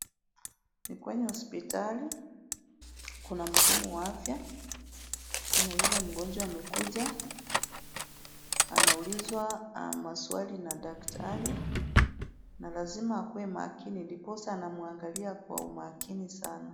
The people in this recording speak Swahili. Ni kwenye hospitali. Kuna mdumu wafya. Kuna yule mgonjwa amekuja. Anaulizwa maswali na daktari. Na lazima akuwe makini, ndiposa ana muangalia kwa umakini sana.